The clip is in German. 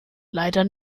leider